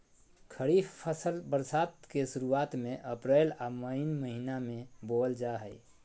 खरीफ फसल बरसात के शुरुआत में अप्रैल आ मई महीना में बोअल जा हइ